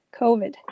COVID